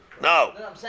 No